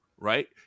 Right